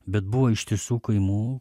bet buvo ištisų kaimų